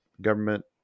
Government